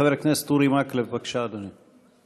חבר הכנסת אורי מקלב, בבקשה, אדוני.